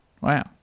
Wow